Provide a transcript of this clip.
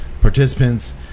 participants